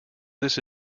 this